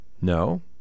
No